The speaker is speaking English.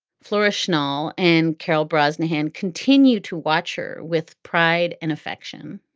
flora schnall and carol brosnahan continue to watch her with pride and affection